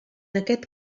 aquest